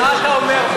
אבל מה אתה אומר,